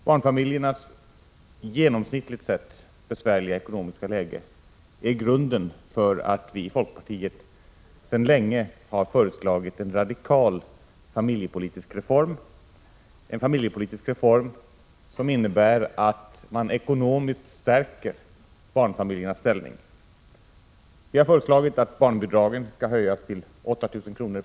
Barnfamiljernas genomsnittligt sett besvärliga ekonomiska läge är grunden för att vi i folkpartiet sedan länge har föreslagit en radikal familjepolitisk reform som innebär att man ekonomiskt stärker barnfamiljernas ställning. Vi har föreslagit att barnbidragen skall höjas till 8 000 kr.